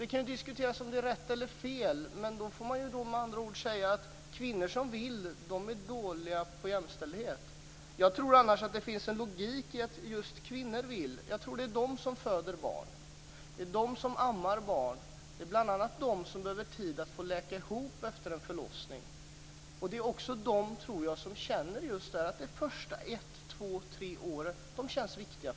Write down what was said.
Det kan ju diskuteras om det är rätt eller fel, men då får man ju med andra ord säga att kvinnor som vill det är dåliga på jämställdhet. Jag tror annars att det finns en logik i att just kvinnor vill det. Det är de som föder barn, som ammar barn och som behöver tid att få läka ihop efter en förlossning. Och jag tror också att det är de som känner att de första åren - ett, två eller tre år - är viktiga.